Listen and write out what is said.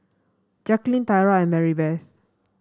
Jaclyn Tyra and Maribeth